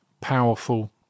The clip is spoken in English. powerful